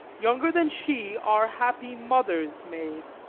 younger than she are happy mothers made.